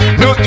no